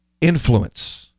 influence